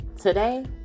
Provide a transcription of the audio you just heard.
today